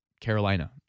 Carolina